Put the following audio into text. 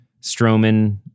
Strowman